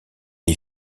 est